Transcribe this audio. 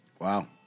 Wow